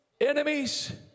enemies